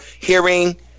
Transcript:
hearing